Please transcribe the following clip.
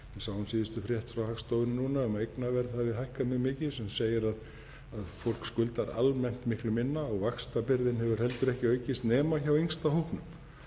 Við sáum síðustu frétt frá Hagstofunni núna um að eignaverð hafi hækkað mjög mikið sem segir að fólk skuldar almennt miklu minna. Vaxtabyrðin hefur heldur ekki aukist, nema hjá yngsta hópnum,